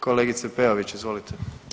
Kolegice Peović, izvolite.